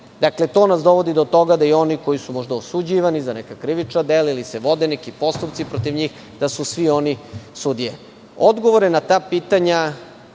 Dakle, to nas dovodi do toga da i oni koji su možda osuđivani za neka krivična dela, ili se vode neki postupci protiv njih, da su svi oni sudije. Odgovore na ta pitanja